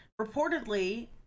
reportedly